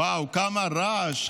וואו, כמה רעש.